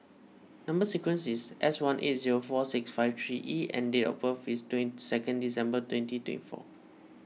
Number Sequence is S one eight zero four six five three E and date of birth is twenty second December twenty two four